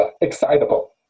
excitable